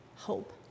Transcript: hope